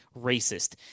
racist